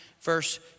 verse